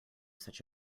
such